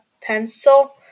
pencil